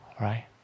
Right